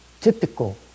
typical